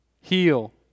heal